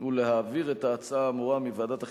ולהעביר את ההצעה האמורה מוועדת החינוך,